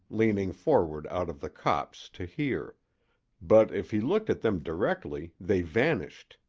leaning forward out of the copse to hear but if he looked at them directly they vanished.